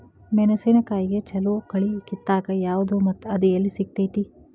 ಮೆಣಸಿನಕಾಯಿಗ ಛಲೋ ಕಳಿ ಕಿತ್ತಾಕ್ ಯಾವ್ದು ಮತ್ತ ಅದ ಎಲ್ಲಿ ಸಿಗ್ತೆತಿ?